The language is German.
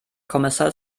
kommissar